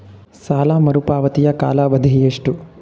ಸಾಲ ಮರುಪಾವತಿಯ ಕಾಲಾವಧಿ ಎಷ್ಟು?